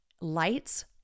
lights